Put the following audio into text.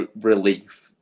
relief